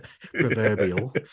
Proverbial